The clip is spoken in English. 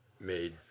made